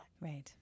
Right